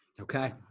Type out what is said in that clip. Okay